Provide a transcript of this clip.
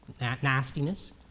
nastiness